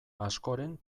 askoren